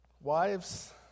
Wives